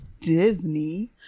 Disney